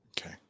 Okay